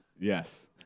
Yes